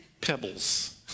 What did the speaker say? pebbles